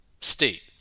state